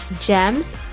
Gems